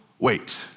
wait